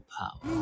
power